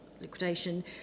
liquidation